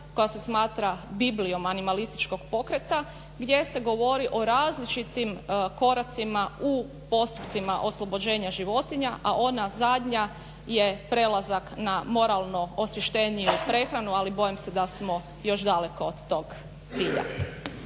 koji se smatra biblijom animalističkog pokreta, gdje se govori o različitim koracima u postupcima oslobođenja životinja, a onda zadnja je prelazak na moralno osvještenje i prehranu ali bojim se da smo još daleko od tog cilja.